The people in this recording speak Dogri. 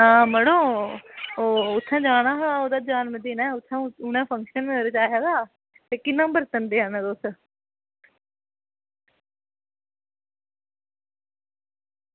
आं मड़ो उत्थें जाना हा जन्मदिन हा उनें फंक्शन अरेंज़ कराये दा ते किन्ना बरतन देआ दे तुस